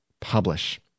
publish